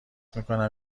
میکنم